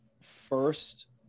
first